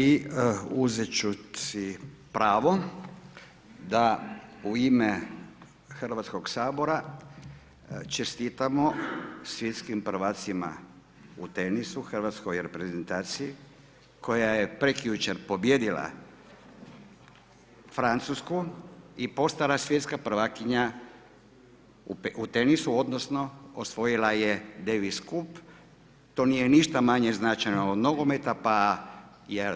I uzeti ću si pravo da u ime Hrvatskog sabora čestitamo svjetskim prvacima u tenisu, Hrvatskoj reprezentaciji, koja je prekjučer pobijedila Francusku i postala svjetska prvakinja u tenisu, odnosno osvojila je Davis Cup, to nije ništa manje značajno od nogometa, pa